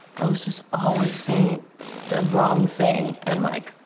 i was just always saying the wrong thing and like,